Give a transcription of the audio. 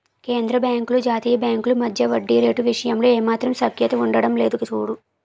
కేంద్రబాంకులు జాతీయ బాంకుల మధ్య వడ్డీ రేటు విషయంలో ఏమాత్రం సఖ్యత ఉండడం లేదు చూడు